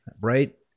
right